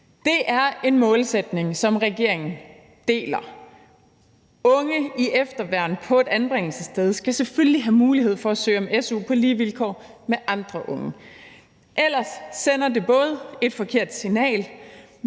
Det er en målsætning, som regeringen deler. Unge i efterværn på et anbringelsessted skal selvfølgelig have mulighed for at søge om su på lige vilkår med andre unge, for ellers sender det både et forkert signal